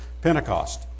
Pentecost